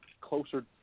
closer